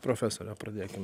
profesore pradėkim